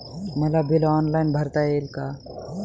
मला bill online भरता येईल का?